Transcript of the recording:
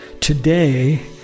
today